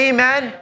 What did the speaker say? Amen